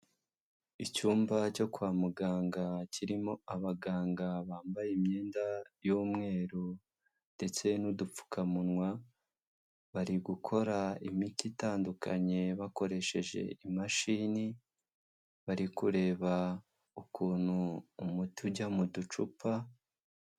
Icyumba cyo kwa muganga kirimo abaganga bambaye imyenda y'umweru, ndetse n'udupfukamunwa, bari gukora imiti itandukanye bakoresheje imashini, bari kureba ukuntu umuti ujya mu ducupa.